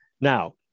now